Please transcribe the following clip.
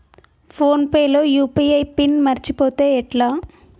Phone pay లో UPI PIN మరచిపోతే ఎట్లా?